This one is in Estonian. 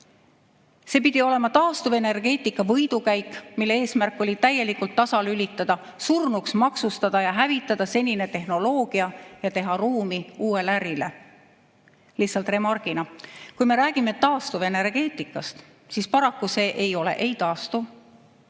See pidi olema taastuvenergeetika võidukäik, mille eesmärk oli täielikult tasalülitada, surnuks maksustada ja hävitada senine tehnoloogia ja teha ruumi uuele ärile. Lihtsalt remargina: kui me räägime taastuvenergeetikast, siis paraku see ei ole taastuv.